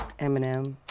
Eminem